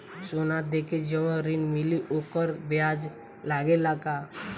सोना देके जवन ऋण मिली वोकर ब्याज लगेला का?